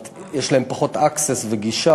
זאת